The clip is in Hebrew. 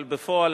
אבל בפועל,